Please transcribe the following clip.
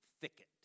thicket